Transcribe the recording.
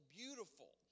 beautiful